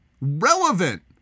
Relevant